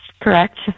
correct